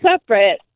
separate